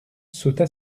sauta